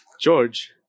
George